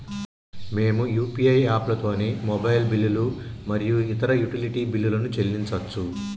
మేము యూ.పీ.ఐ యాప్లతోని మొబైల్ బిల్లులు మరియు ఇతర యుటిలిటీ బిల్లులను చెల్లించచ్చు